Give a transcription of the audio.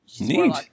Neat